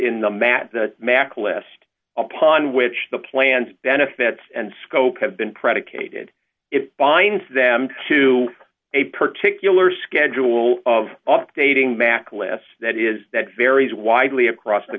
in the mad max list upon which the plan's benefits and scope have been predicated it binds them to a particular schedule of updating mask lists that is that varies widely across the